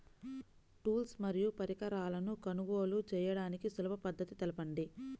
Tools మరియు పరికరాలను కొనుగోలు చేయడానికి సులభ పద్దతి తెలపండి?